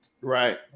Right